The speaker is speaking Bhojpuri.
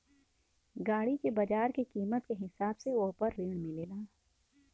गाड़ी के बाजार के कीमत के हिसाब से वोह पर ऋण मिलेला